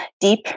deep